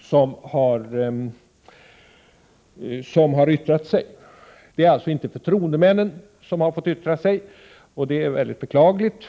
som har yttrat sig. Det är alltså inte förtroendemännen som har fått yttra sig, och det är mycket beklagligt.